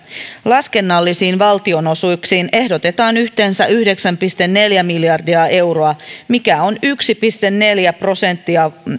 laskennallisiin valtionosuuksiin ehdotetaan yhteensä yhdeksän pilkku neljä miljardia euroa mikä on yksi pilkku neljä prosenttia